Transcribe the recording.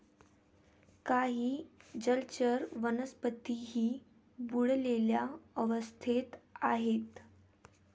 काही जलचर वनस्पतीही बुडलेल्या अवस्थेत आहेत